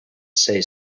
say